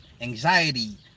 anxiety